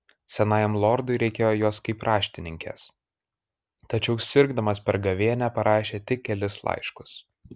senajam lordui reikėjo jos kaip raštininkės tačiau sirgdamas per gavėnią parašė tik kelis laiškus